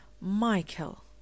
Michael